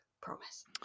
promise